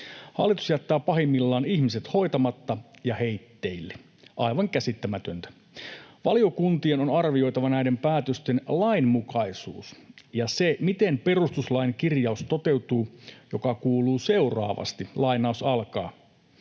Hallitus jättää pahimmillaan ihmiset hoitamatta ja heitteille. Aivan käsittämätöntä. Valiokuntien on arvioitava näiden päätösten lainmukaisuus ja se, miten toteutuu perustuslain kirjaus, joka kuuluun seuraavasti: ”Julkisen